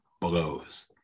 blows